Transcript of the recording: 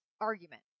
argument